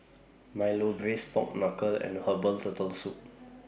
Milo Braised Pork Knuckle and Herbal Turtle Soup